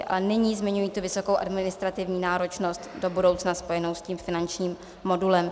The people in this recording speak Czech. A nyní zmiňují tu vysokou administrativní náročnost do budoucna spojenou s tím finančním modulem.